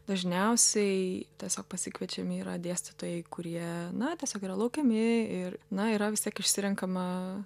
dažniausiai tiesiog pasikviečiami yra dėstytojai kurie na tiesiog yra laukiami ir na yra vis tiek išsirenkama